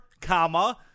comma